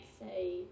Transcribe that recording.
say